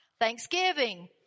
Thanksgiving